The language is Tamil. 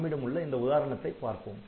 நம்மிடமுள்ள இந்த உதாரணத்தைப் பார்ப்போம்